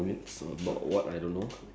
ya one hour forty two minute